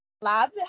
Lab